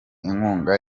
inkunga